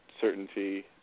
certainty